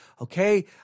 Okay